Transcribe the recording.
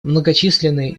многочисленные